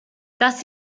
das